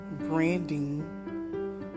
branding